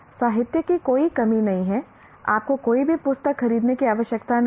साहित्य की कोई कमी नहीं है आपको कोई भी पुस्तक खरीदने की आवश्यकता नहीं है